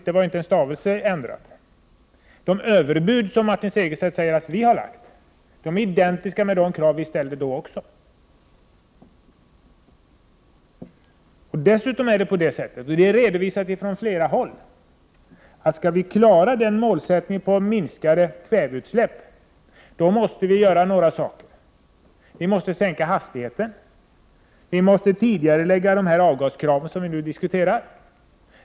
De krav som vi nu ställer och som Martin Segerstedt kallar för överbud är identiska med de krav vi ställde när riksdagen fattade det tidigare beslutet. Dessutom är det så, som det har redovisats från flera håll, att om vi skall klara målsättningen med minskade kväveutsläpp, måste vi sänka hastigheterna och tidigarelägga de avgaskrav som vi nu diskuterar.